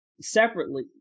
Separately